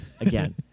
again